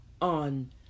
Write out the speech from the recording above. on